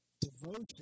Devotion